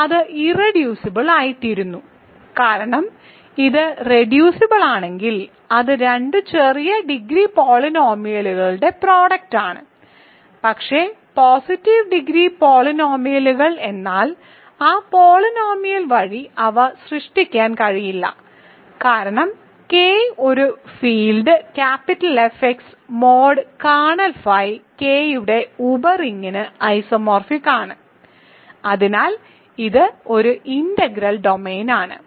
എന്നിട്ട് അത് ഇർറെഡ്യൂസിബിൾ ആയിത്തീരുന്നു കാരണം ഇത് റെഡ്യൂസിബിൾ ആണെങ്കിൽ അത് രണ്ട് ചെറിയ ഡിഗ്രി പോളിനോമിയലുകളുടെ പ്രോഡക്റ്റ് ആണ് പക്ഷേ പോസിറ്റീവ് ഡിഗ്രി പോളിനോമിയലുകൾ എന്നാൽ ആ പോളിനോമിയൽ വഴി അവ സൃഷ്ടിക്കാൻ കഴിയില്ല കാരണം K ഒരു field F x mod kernel phi K യുടെ ഉപറിങിന് ഐസോമോർഫിക് ആണ് അതിനാൽ ഇത് ഒരു ഇന്റഗ്രൽ ഡൊമെയ്ൻ ആണ്